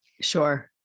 Sure